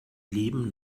leben